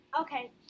Okay